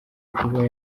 kuba